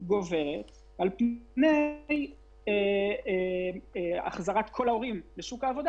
גוברת על פני החזרת כל ההורים לשוק העבודה.